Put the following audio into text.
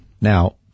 Now